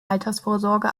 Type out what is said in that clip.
altersvorsorge